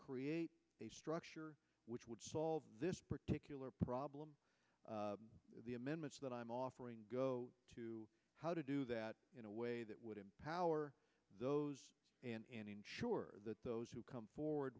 create a structure which would solve this particular problem the amendments that i'm offering go to how to do that in a way that would empower those and ensure that those who come forward